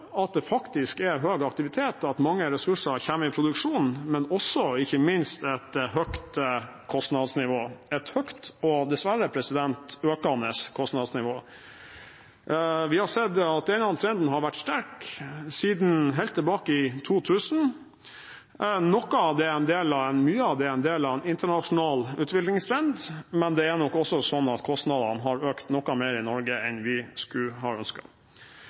at det faktisk er høy aktivitet, at mange ressurser kommer i produksjon, men ikke minst også et høyt kostnadsnivå – et høyt og dessverre økende kostnadsnivå. Vi har sett at denne trenden har vært sterk siden helt tilbake i 2000. Mye av det er en del av en internasjonal utviklingstrend, men det er nok også slik at kostnadene har økt noe mer i Norge enn vi skulle